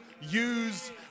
use